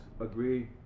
agree